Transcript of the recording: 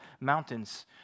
mountains